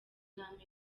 n’amikoro